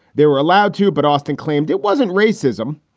they were allowed to, but austin claimed it wasn't racism.